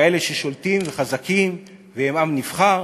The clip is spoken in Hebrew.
כאלה ששולטים וחזקים, והם עם נבחר,